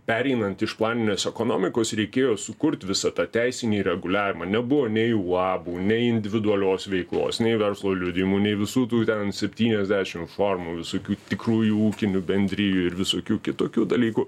pereinant iš planinės ekonomikos reikėjo sukurti visą tą teisinį reguliavimą nebuvo nei uabų nei individualios veiklos nei verslo liudijimų nei visų tų ten septyniasdešim formų visokių tikrųjų ūkinių bendrijų ir visokių kitokių dalykų